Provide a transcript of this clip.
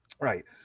Right